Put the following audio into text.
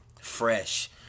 fresh